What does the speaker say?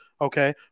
Okay